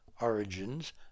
origins